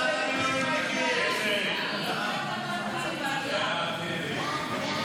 ההצעה להעביר את הצעת חוק עידוד מעורבות